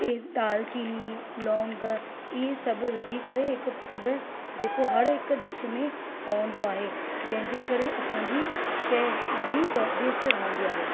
दालचीनी लौंग इहे सभु विझी करे हिकु पाउडर जेको हर हिकु डिश में पवंदो आहे जंहिंजे करे असांजी शइ ॾाढी स्वादिष्ट रहंदी आहे